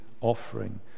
offering